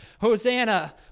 Hosanna